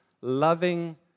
loving